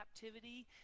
captivity